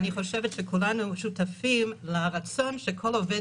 אני חושבת שכולנו שותפים לרצון שכל עובד